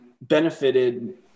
benefited